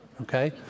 okay